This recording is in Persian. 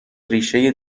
ریشه